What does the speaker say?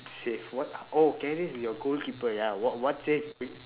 save what oh karius is your goalkeeper ya what what save are you